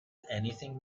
anything